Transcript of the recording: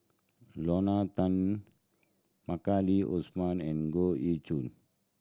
Lorna Tan Maliki Osman and Goh Ee Choo